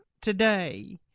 today